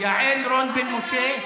יעל רון בן משה.